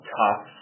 tough